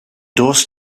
dos